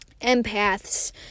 empaths